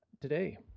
today